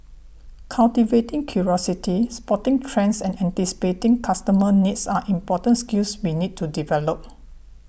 cultivating curiosity spotting trends and anticipating customer needs are important skills we need to develop